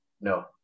No